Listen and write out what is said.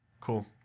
Cool